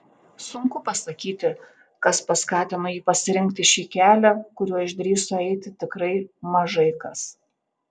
sunku pasakyti kas paskatino jį pasirinkti šį kelią kuriuo išdrįso eiti tikrai mažai kas